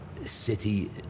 City